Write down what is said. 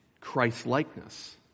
Christ-likeness